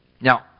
Now